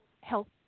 health